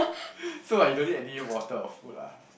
so what you don't need any water or food lah